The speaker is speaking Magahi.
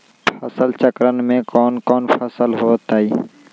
फसल चक्रण में कौन कौन फसल हो ताई?